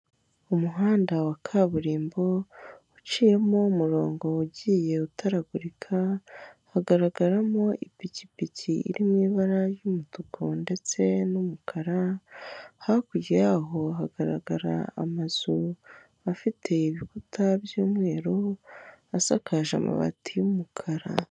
Umuhanda wa kaburimbo uciyemo umuroongo ugiye utaragurika, hagaragaramo ipikipiki iri mu ibara ry'umutuku ndetse n'umukara, hakurya yaho hagaragara amazu afite ibikuta by'umweru, asakaje amabati y'umukara.